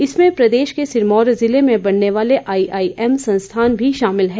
इसमें प्रदेश के सिरमौर जिले में बनने वाला आईआईएम संस्थान भी शामिल है